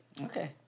Okay